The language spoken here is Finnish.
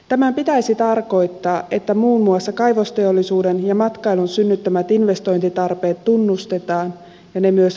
tämän pitäisi tarkoittaa että muun muassa kaivosteollisuuden ja matkailun synnyttämät investointitarpeet tunnustetaan ja ne myös